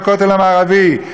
בכותל המערבי.